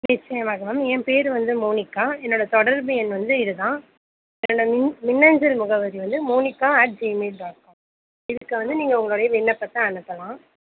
நிச்சயமாக மேம் என் பேர் வந்து மோனிகா என்னோடய தொடர்பு எண் வந்து இது தான் என்னோடய மின் மின்னஞ்சல் முகவரி வந்து Monika at Gmail dot com இதுக்கு வந்து நீங்கள் உங்களுடைய விண்ணப்பத்தை அனுப்பலாம்